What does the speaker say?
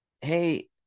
hey